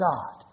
God